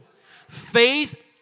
Faith